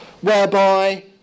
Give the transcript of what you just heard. whereby